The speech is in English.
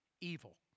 evil